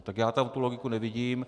Tak já tam tu logiku nevidím.